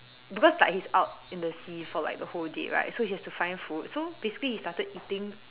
because like he is out in the sea for like the whole day right so he has to find food so basically he started eating